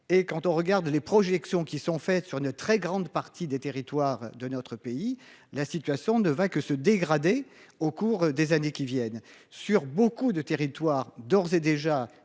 Et quand on regarde les projections qui sont faites sur une très grande partie des territoires de notre pays. La situation de va que se dégrader au cours des années qui viennent, sur beaucoup de territoires d'ores et déjà